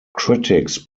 critics